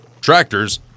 tractors